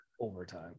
overtime